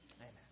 Amen